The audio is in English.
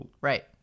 Right